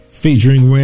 featuring